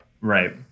Right